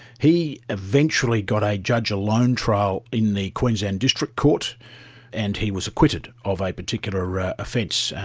he eventually got a judge-alone trial in the queensland district court and he was acquitted of a particular offence.